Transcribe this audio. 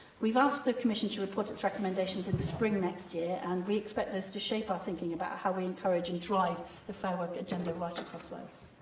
we've asked the commission to report its recommendations in the spring next year, and we expect those to shape our thinking about how we encourage and drive the fair work agenda right across wales.